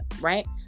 right